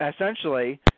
essentially